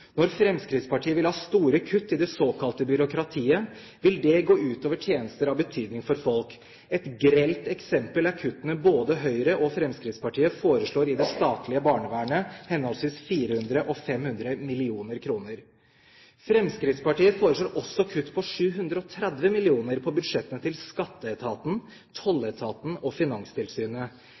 Når Fremskrittspartiet vil ha store kutt i det såkalte byråkratiet, vil det gå ut over tjenester av betydning for folk. Et grelt eksempel er kuttene både Høyre og Fremskrittspartiet foreslår i det statlige barnevernet, henholdsvis 400 mill. og 500 mill. kr. Fremskrittspartiet foreslår også kutt på 730 mill. kr på budsjettene til Skatteetaten, Tolletaten og Finanstilsynet.